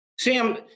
Sam